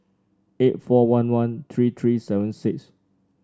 eight four one one three three seven six